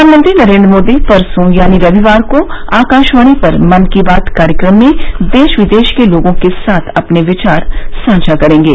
प्रधानमंत्री नरेंद्र मोदी परसों यानी रविवार को आकाशवाणी पर मन की बात कार्यक्रम में देश विदेश के लोगों के साथ अपने विचार साझा करेंगे